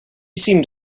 seemed